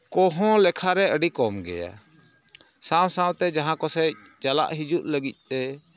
ᱠᱚᱦᱚᱸ ᱞᱮᱠᱷᱟᱨᱮ ᱟᱹᱰᱤ ᱠᱚᱢ ᱜᱮᱭᱟ ᱥᱟᱶ ᱥᱟᱶᱛᱮ ᱡᱟᱦᱟᱸ ᱠᱚᱥᱮᱡ ᱪᱟᱞᱟᱜ ᱦᱤᱡᱩᱜ ᱞᱟᱹᱜᱤᱫ ᱛᱮ